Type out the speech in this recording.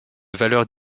valeurs